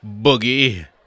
boogie